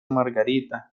margarita